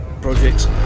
projects